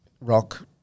rock